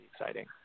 exciting